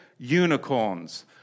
unicorns